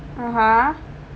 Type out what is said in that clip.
(uh huh)